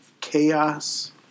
chaos